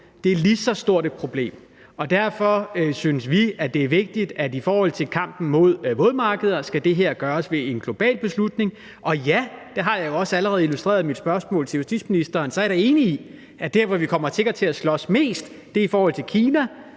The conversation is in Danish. Det er lige så stort et problem, og derfor synes vi, at det er vigtigt i forhold til kampen mod vådmarkeder, at det her skal gøres ved en global beslutning, og ja, det har jeg også allerede illustreret i mit spørgsmål til justitsministeren. Så er jeg da enig i, at der, hvor vi sikkert kommer til at slås mest, er i forhold til Kina,